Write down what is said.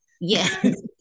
yes